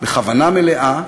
בכוונה מלאה,